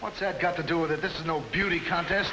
what's that got to do with it this is no beauty contest